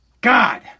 God